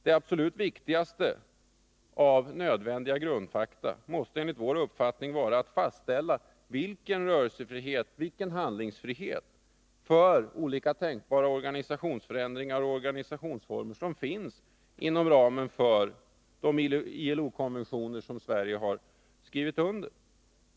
De absolut viktigaste av nödvändiga grundfakta måste enligt vår uppfattning vara att fastställa vilken rörelsefrihet och handlingsfrihet för olika tänkbara organisationsförändringar och organisationsformer som finns inom ramen för de ILO-konventioner som Sverige har skrivit under.